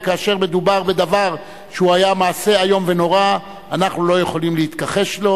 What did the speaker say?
וכאשר מדובר בדבר שהוא היה מעשה איום ונורא אנחנו לא יכולים להתכחש לו,